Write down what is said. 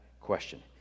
question